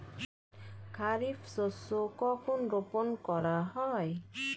খারিফ শস্য কখন রোপন করা হয়?